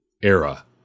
era